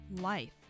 life